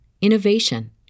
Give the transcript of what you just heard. innovation